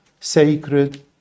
sacred